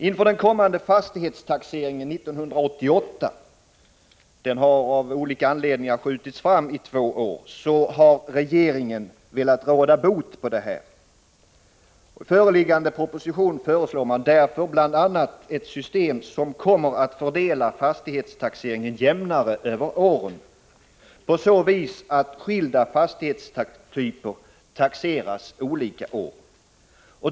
Inför fastighetstaxeringen 1988— den har av olika anledningar skjutits fram två år — har regeringen velat råda bot på det här. I föreliggande proposition föreslår man därför bl.a. ett system som kommer att fördela fastighetstaxeringen jämnare över åren på så vis att skilda fastighetstyper taxeras olika år.